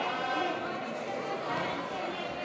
ההצעה להעביר